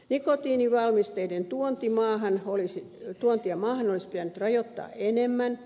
nuuskavalmisteiden tuontia maahan olisi pitänyt rajoittaa enemmän